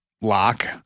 lock